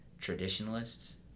traditionalists